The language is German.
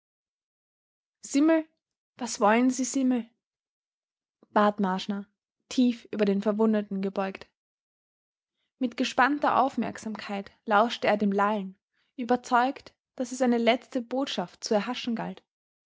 simmel was wollen sie simmel bat marschner tief über den verwundeten gebeugt mit gespannter aufmerksamkeit lauschte er dem lallen überzeugt daß es eine letzte botschaft zu erhaschen galt